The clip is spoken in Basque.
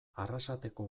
arrasateko